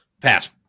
Pass